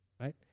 right